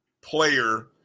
player